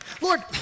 Lord